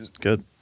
good